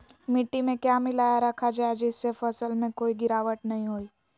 मिट्टी में क्या मिलाया रखा जाए जिससे फसल में कोई गिरावट नहीं होई?